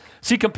See